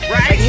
Right